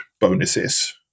bonuses